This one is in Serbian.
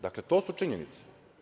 Dakle, to su činjenice.